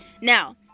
now